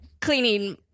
cleaning